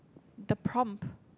the prompt